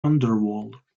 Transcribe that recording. underworld